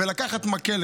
לקחת מקל,